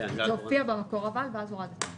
זה הופיע במקור והורדתם את זה.